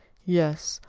yes,